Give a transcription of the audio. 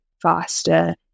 faster